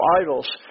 idols